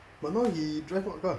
but now he drive what car